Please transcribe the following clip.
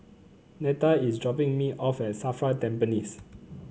Neta is dropping me off at Safra Tampines